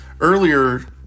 earlier